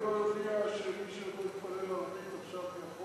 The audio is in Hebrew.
אבל אם כבודו יודיע שמי שעוד לא התפלל ערבית יבוא לפה עכשיו.